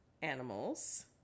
Animals